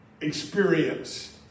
experience